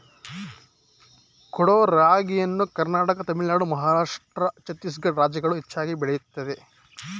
ಕೊಡೋ ರಾಗಿಯನ್ನು ಕರ್ನಾಟಕ ತಮಿಳುನಾಡು ಮಹಾರಾಷ್ಟ್ರ ಛತ್ತೀಸ್ಗಡ ರಾಜ್ಯಗಳು ಹೆಚ್ಚಾಗಿ ಬೆಳೆಯುತ್ತದೆ